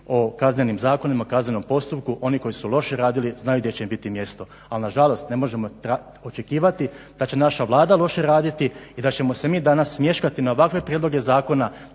o kaznenim zakonima, kaznenom postupku. Oni koji su loše radili znaju gdje će im biti mjesto. Ali na žalost ne možemo očekivati da će naša Vlada loše raditi i da ćemo se mi danas smješkati na ovakve prijedloge zakona,